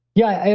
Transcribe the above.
yeah.